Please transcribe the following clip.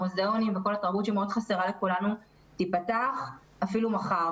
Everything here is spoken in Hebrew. המוזיאונים וכל התרבות שמאוד חסרה לכולנו תיפתח אפילו מחר,